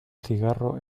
cigarro